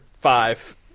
five